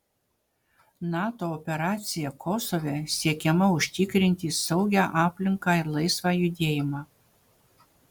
nato operacija kosove siekiama užtikrinti saugią aplinką ir laisvą judėjimą